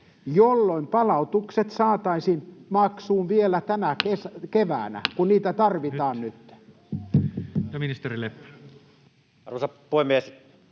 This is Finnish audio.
jolloin palautukset saataisiin maksuun vielä tänä keväänä, kun niitä tarvitaan nyt. Ja ministeri Leppä. Arvoisa puhemies!